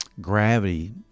Gravity